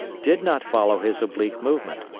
did not follow his oblique movement,